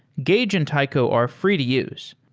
gauge and taiko are free to use.